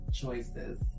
choices